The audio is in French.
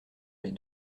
les